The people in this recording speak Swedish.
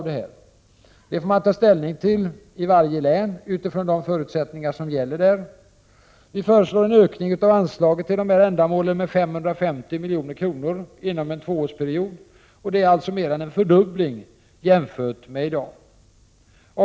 Det får varje län ta ställning till utifrån de förutsättningar som gäller. Vi föreslår en ökning för dessa ändamål med 550 milj.kr. avseende en tvåårsperiod. Detta är alltså mer än en fördubbling jämfört med det nuvarande anslaget.